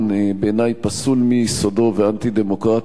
בעיני פסול מיסודו ואנטי-דמוקרטי,